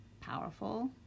powerful